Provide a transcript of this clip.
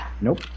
nope